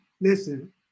listen